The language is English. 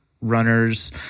runners